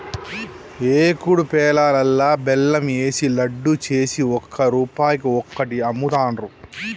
ఏకుడు పేలాలల్లా బెల్లం ఏషి లడ్డు చేసి ఒక్క రూపాయికి ఒక్కటి అమ్ముతాండ్రు